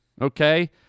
okay